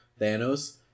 Thanos